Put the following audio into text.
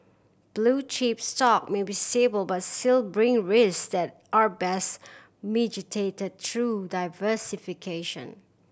blue chip stock may be stable but still bring risk that are best mitigated through diversification